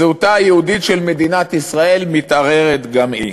זהותה היהודית של מדינת ישראל מתערערת גם היא.